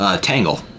Tangle